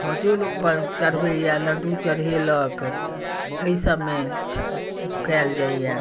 खाजो लोक ब चढ़बैए लड्डू चढ़ेलक एहि सभमे छ कयल जाइए